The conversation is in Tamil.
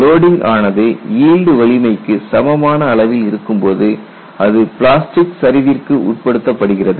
லோடிங் ஆனது ஈல்டு வலிமைக்கு சமமான அளவில் இருக்கும்போது அது பிளாஸ்டிக் சரிவிற்கு உட்படுத்தப்படுகிறது